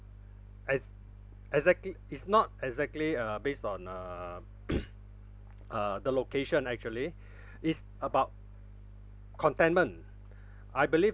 ex~ exactly it's not exactly uh based on uh uh the location actually it's about contentment I believe